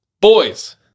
Boys